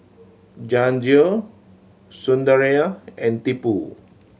Jehangirr Sunderlal and Tipu